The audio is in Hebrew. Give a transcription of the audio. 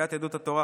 סיעת יהדות התורה,